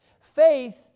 Faith